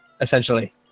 Essentially